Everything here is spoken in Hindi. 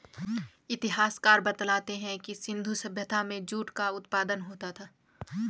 इतिहासकार बतलाते हैं कि सिन्धु सभ्यता में भी जूट का उत्पादन होता था